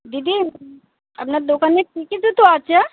দিদি আপনার দোকানের কি কি জুতো আছে